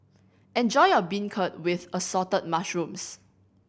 enjoy your beancurd with Assorted Mushrooms